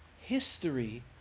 history